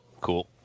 Cool